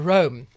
Rome